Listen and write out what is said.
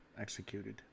executed